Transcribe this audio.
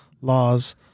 laws